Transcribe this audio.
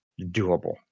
Doable